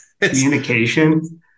Communication